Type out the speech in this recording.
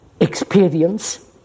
experience